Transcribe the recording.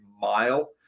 mile